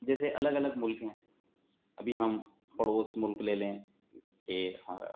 جیسے الگ الگ ملک ہیں ابھی ہم پڑوس ملک لے لیں کہ ہارا